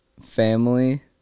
Family